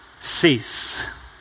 cease